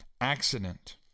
accident